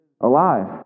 alive